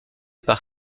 par